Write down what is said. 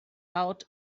out